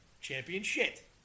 Championship